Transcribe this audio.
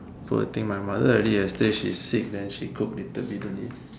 poor thing my mother already yesterday she sick then she cook little bit only